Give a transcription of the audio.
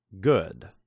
good